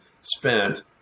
spent